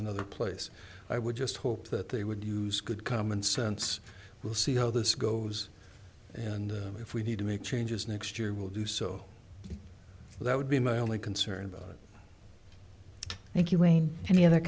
another place i would just hope that they would use good common sense we'll see how this goes and if we need to make changes next year will do so that would be my only concern about it thank you wayne and the